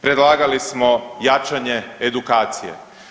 Predlagali smo jačanje edukacije.